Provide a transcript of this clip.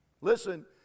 Listen